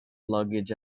luggage